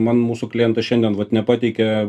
man mūsų klientai šiandien vat nepateikė